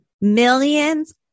millions